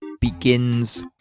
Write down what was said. begins